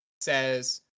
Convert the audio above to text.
says